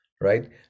right